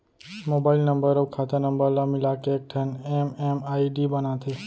mobile number अउ खाता number ल मिलाके एकठन एम.एम.आई.डी बनाथे